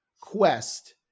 quest